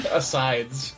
asides